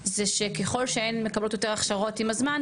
זה שככל שהן מקבלות יותר הכשרות עם הזמן,